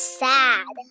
sad